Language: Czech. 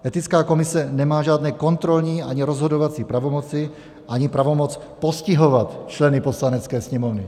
Etická komise nemá žádné kontrolní ani rozhodovací pravomoci, ani pravomoc postihovat členy Poslanecké sněmovny.